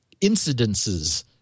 incidences